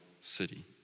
City